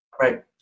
Right